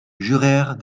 jurèrent